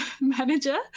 manager